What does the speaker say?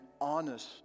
honest